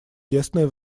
тесная